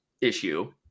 issue